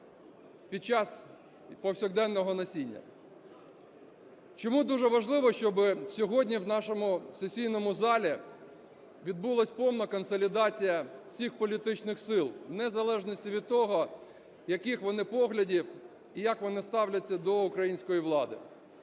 під час повсякденного носіння. Чому дуже важливо, щоб сьогодні у нашому сесійному залі відбулася повна консолідація цих політичних сил, в незалежності від того, яких вони поглядів і як вони ставляться до української влади.